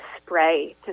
spray